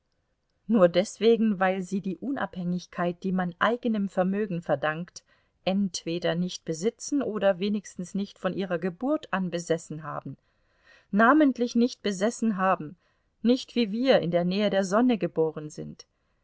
nur deswegen weil sie die unabhängigkeit die man eigenem vermögen verdankt entweder nicht besitzen oder wenigstens nicht von ihrer geburt an besessen haben namentlich nicht besessen haben nicht wie wir in der nähe der sonne geboren sind